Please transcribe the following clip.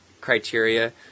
criteria